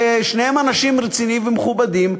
שניהם אנשים רציניים ומכובדים,